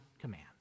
command